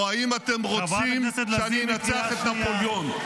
-- או האם אתם רוצים שאני אנצח את נפוליאון?